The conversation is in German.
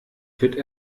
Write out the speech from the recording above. wird